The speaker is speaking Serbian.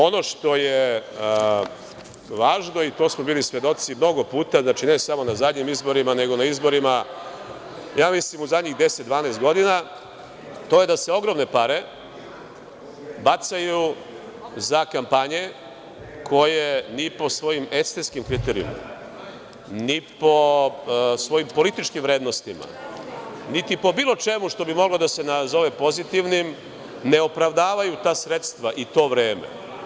Ono što je važno i bili smo svedoci mnogo puta, znači ne samo na zadnjim izborima, nego na izborima, ja mislim u zadnjih 10, 12 godina, to je da se ogromne pare bacaju za kampanje, koje ni po svojim estetskim kriterijumima, ni po svojim političkim vrednostima, niti po bilo čemu što bi moglo da se nazove pozitivnim, ne opravdavaju ta sredstva i to vreme.